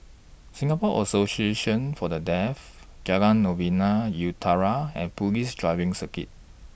Singapore Association For The Deaf Jalan Novena Utara and Police Driving Circuit